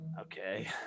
Okay